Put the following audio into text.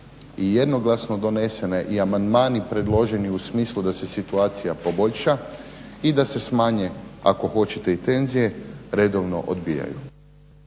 i jednoglasno donesene i amandmani predloženi u smislu da se situacija poboljša i da se smanje ako hoćete i tenzije redovno odbijaju.